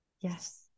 Yes